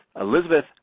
Elizabeth